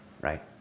Right